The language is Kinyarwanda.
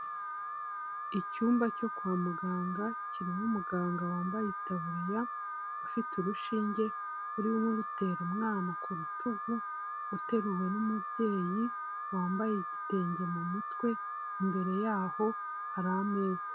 Icyumba cyo kwa muganga kirimo umuganga wambaye itaburiya ufite urushinge urimo urutera umwana ku rutugu, uteruwe n'umubyeyi wambaye igitenge mu mutwe, imbere y'aho hari ameza.